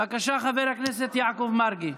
בבקשה, חבר הכנסת יעקב מרגי,